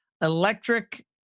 electric